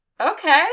Okay